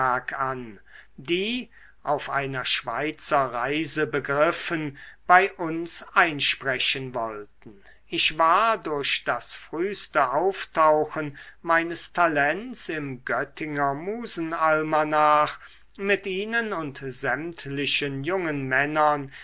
an die auf einer schweizerreise begriffen bei uns einsprechen wollten ich war durch das frühste auftauchen meines talents im göttinger musenalmanach mit ihnen und sämtlichen jungen männern